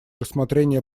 рассмотрения